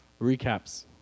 Recaps